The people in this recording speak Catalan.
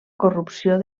corrupció